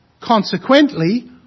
consequently